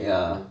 good